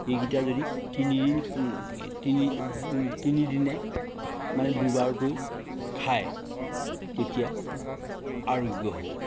এইকেইটা যদি তিনিদিন তিনি তিনিদিনে মানে দুবাৰকৈ খায় তেতিয়া আৰোগ্য হ'ব